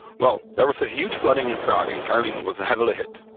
well, there was a huge flooding in prague and karlin was heavily hit.